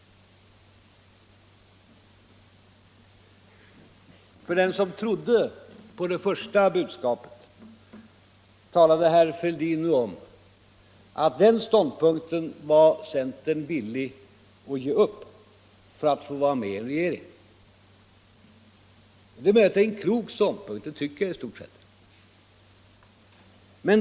För dem som trodde på det första budskapet talade herr Fälldin nu om att den ståndpunkten var centern villig ge upp för att få vara med i en regering. Det är möjligt att det är en klok ståndpunkt — det tycker jag i stort sett.